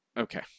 Okay